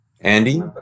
Andy